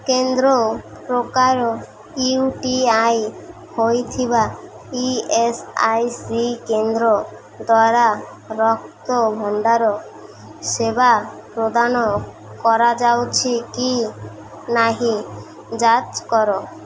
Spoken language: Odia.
କେନ୍ଦ୍ର ପ୍ରକାର ୟୁ ଟି ଆଇ ହେଇଥିବା ଇ ଏସ୍ ଆଇ ସି କେନ୍ଦ୍ର ଦ୍ୱାରା ରକ୍ତ ଭଣ୍ଡାର ସେବା ପ୍ରଦାନ କରାଯାଉଛି କି ନାହିଁ ଯାଞ୍ଚ କର